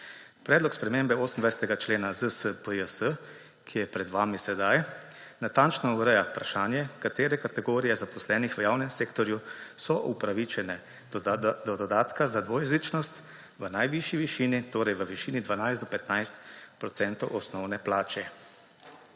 Predlog spremembe 28. člena ZSPJS, ki je pred vami sedaj, natančno ureja vprašanje, katere kategorije zaposlenih v javnem sektorju so upravičene do dodatka za dvojezičnost v najvišji višini, torej v višini 12 do 15 procentov osnovne plače.